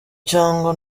cyangwa